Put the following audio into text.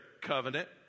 covenant